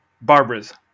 Barbara's